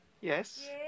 Yes